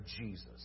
Jesus